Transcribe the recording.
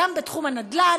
גם בתחום הנדל"ן,